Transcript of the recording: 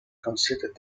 considered